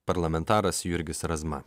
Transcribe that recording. parlamentaras jurgis razma